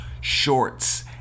shorts